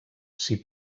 s’hi